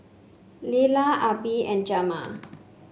Lyla Abby and Jamil